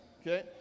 Okay